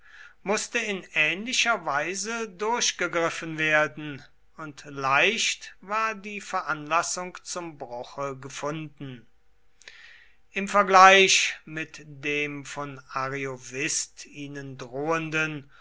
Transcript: mußte in ähnlicher weise durchgegriffen werden und leicht war die veranlassung zum bruche gefunden im vergleich mit dem von ariovist ihnen drohenden